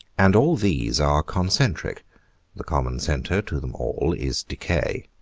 and all these are concentric the common centre to them all is decay,